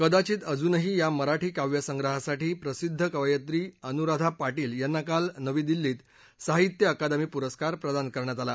कदाचित अजूनही या मराठी काव्य संग्रहासाठी प्रसिध्द कवयित्री अनुराधा पाटील यांना काल नवी दिल्लीत साहित्य अकादमी पुरस्कार प्रदान करण्यात आला